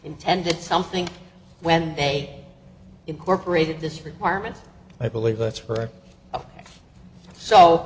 intended something when they incorporated this requirement i believe that's right so